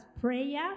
prayer